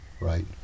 right